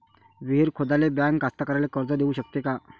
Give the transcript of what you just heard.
विहीर खोदाले बँक कास्तकाराइले कर्ज देऊ शकते का?